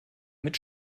mit